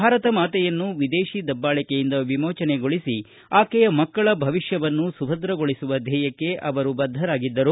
ಭಾರತ ಮಾತೆಯನ್ನು ವಿದೇಶಿ ದಬ್ಲಾಳಿಕೆಯಿಂದ ವಿಮೋಚನೆಗೊಳಿಸಿ ಆಕೆಯ ಮಕ್ಕಳ ಭವಿಷ್ಯವನ್ನು ಸುಭದ್ರಗೊಳಿಸುವ ಧ್ಯೇಯಕ್ಕೆ ಅವರು ಬದ್ದರಾಗಿದ್ದರು